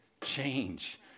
Change